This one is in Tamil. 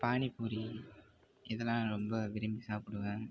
பானி பூரி இதெலாம் ரொம்ப விரும்பி சாப்பிடுவேன்